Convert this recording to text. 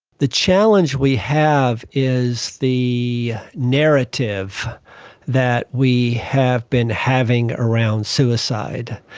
the challenge we have is the narrative that we have been having around suicide.